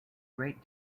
great